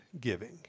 giving